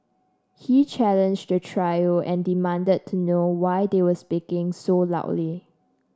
he challenged the trio and demanded to know why they were speaking so loudly